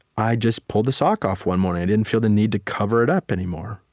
i just pulled the sock off one morning. i didn't feel the need to cover it up anymore,